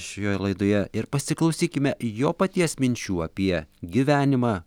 šioje laidoje ir pasiklausykime jo paties minčių apie gyvenimą